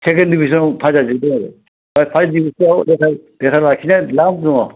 second दिभिजोनाव pass जाजोबदों आरो ओमफ्राय फार्स्ट दिभिजनाव देग्लाय लेटार लाखिग्राया द्लाम दङ